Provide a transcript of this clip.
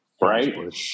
right